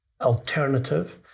alternative